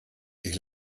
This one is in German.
ich